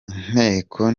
inteko